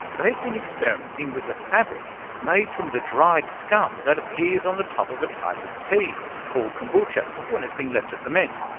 they've been experimenting with a fabric made from the dried scum that appears on the top of a type of tea called kombucha when it's been left to ferment.